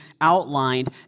outlined